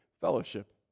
fellowship